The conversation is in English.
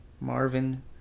Marvin